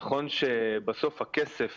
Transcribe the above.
נכון שבסוף הכסף